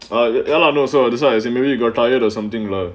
the airline also that's why I say maybe you got tired or something lah